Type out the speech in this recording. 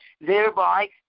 thereby